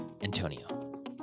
Antonio